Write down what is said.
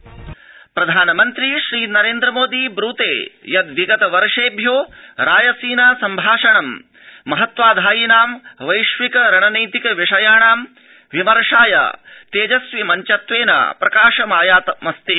रायसीनासंभाषणम आरब्धम प्रधानमन्त्री श्रीनरेन्द्र मोदी ब्रूते यद् विगत वर्षेभ्यो रायसीना संभाषणं महत्त्वाधायिनां वैश्विक रणनैतिक विषयाणां विमर्शाय तेजस्वि मञ्चत्वेन प्रकाशमायातमस्ति